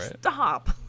stop